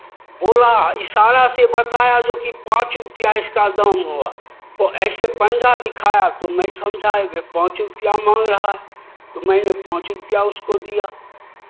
बोला इशारा से बताया जो कि पाँच रुपैया इसका दाम हुआ तो ऐसे पंजा दिखाया तो मैं समझा वे पाँच रुपैया मांग रहा है तो मैंने पाँच रुपैया उसको दिया